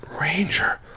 Ranger